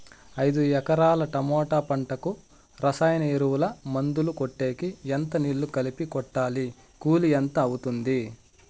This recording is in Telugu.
ఐదు ఎకరాల టమోటా పంటకు రసాయన ఎరువుల, మందులు కొట్టేకి ఎంత నీళ్లు కలిపి కొట్టాలి? కూలీ ఎంత అవుతుంది?